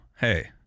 hey